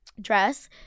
dress